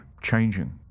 changing